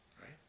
right